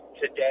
today